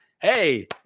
Hey